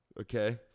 okay